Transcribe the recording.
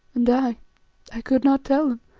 and i i could not tell